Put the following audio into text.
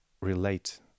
relate